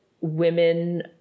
women